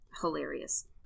hilarious